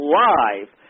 live